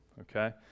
okay